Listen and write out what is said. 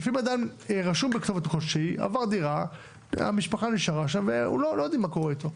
הוא עבר דירה והמשפחה נשארה שם ולא יודעים מה קורה איתו,